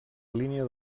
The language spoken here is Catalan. línia